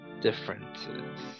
differences